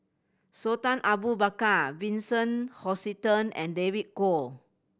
Sultan Abu Bakar Vincent Hoisington and David Kwo